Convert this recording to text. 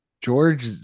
George